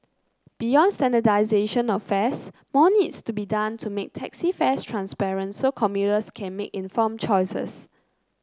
beyond standardisation of fares more needs to be done to make taxi fares transparent so commuters can make informed choices